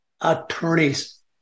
attorney's